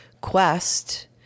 quest